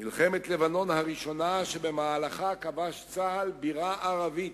מלחמת לבנון הראשונה שבמהלכה כבש צה"ל בירה ערבית,